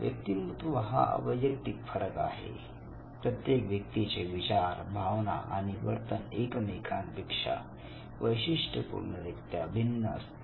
व्यक्तिमत्व हा वैयक्तिक फरक आहे प्रत्येक व्यक्तीचे विचार भावना आणि वर्तन एकमेकांपेक्षा वैशिष्टपूर्णरित्या भिन्न असते